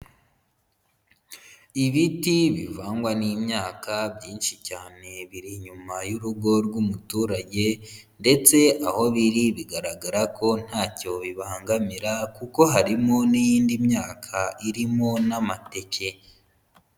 Ibiti bivangwa n'imyaka byinshi cyane biri inyuma y'urugo rw'umuturage ndetse aho biri bigaragara ko ntacyo bibangamira kuko harimo n'iyindi myaka irimo n'amateke.